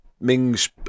Ming's